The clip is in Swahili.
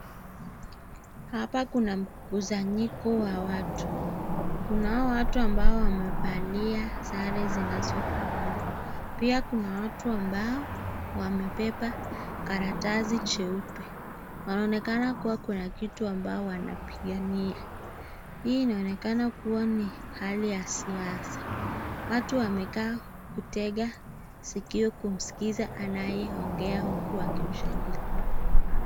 Hapa kuna mguzanyiko wa watu. Kuna hao watu ambao wamevalia sare zinazofanana. Pia kuna watu ambao wamebeba karatasi cheupe. Wanaonekana kuwa kuna kitu ambao wanapigania. Hii inaonekana kuwa ni hali ya siasa. Watu wamekaa kutega sikio kumsikiza anayeongea huku wakimshangilia.